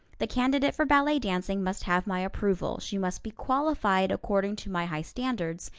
the candidate for ballet dancing must have my approval, she must be qualified according to my high standards,